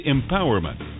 Empowerment